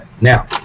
Now